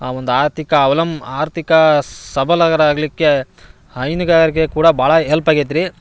ಆ ಒಂದು ಆರ್ಥಿಕ ಅವಲಮ್ ಆರ್ಥಿಕ ಸಬಲರಾಗಲಿಕ್ಕೆ ಹೈನುಗಾರಿಕೆ ಕೂಡ ಭಾಳ ಎಲ್ಪ್ ಆಗೈತಿ ರೀ